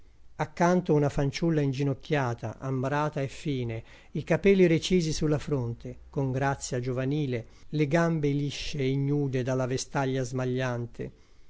accanto una fanciulla inginocchiata ambrata e fine i capelli recisi sulla fronte con grazia giovanile le gambe lisce e ignude dalla vestaglia smagliante